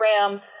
ram